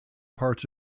parts